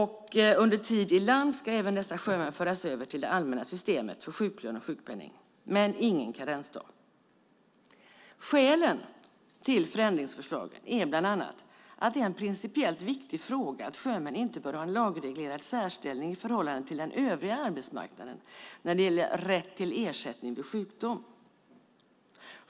Under tid i land ska även dessa sjömän föras över till det allmänna systemet för sjuklön och sjukpenning, men det ska inte vara någon karensdag. Skälen till förändringsförslagen är bland annat att det är en principiellt viktig fråga att sjömän inte har en lagreglerad särställning i förhållande till den övriga arbetsmarknaden när det gäller rätt till ersättning vid sjukdom.